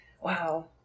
Wow